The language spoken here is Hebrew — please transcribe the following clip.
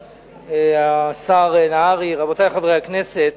השר נהרי, רבותי חברי הכנסת,